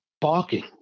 barking